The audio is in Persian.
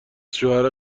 شوهر